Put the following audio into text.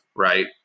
right